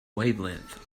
wavelength